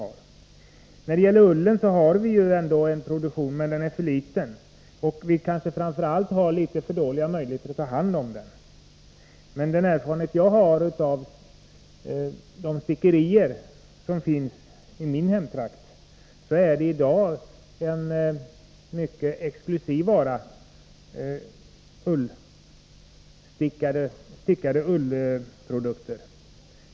När det gäller ullen har vi en produktion, men den är för liten. Framför allt har vi för dåliga möjligheter att ta hand om ullen. Men den erfarenhet jag har av de stickerier som finns i min hemtrakt är att stickade ullprodukter i dag är en mycket exklusiv vara.